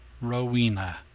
Rowena